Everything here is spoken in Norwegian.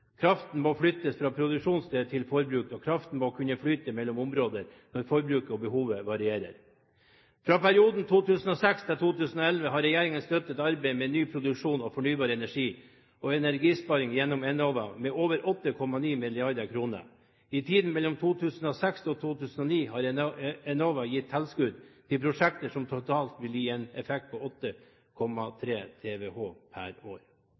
Kraften må flyttes fra produksjonssted til forbruk, og kraften må kunne flyte mellom områder når forbruket og behovet varierer. Fra perioden 2006 til 2011 har regjeringen støttet arbeidet med ny produksjon og fornybar energi og energisparing gjennom Enova med over 8,9 mrd. kr. I tiden mellom 2006 og 2009 har Enova gitt tilskudd til prosjekter som totalt ville gi en effekt på 8,3 TWh per år.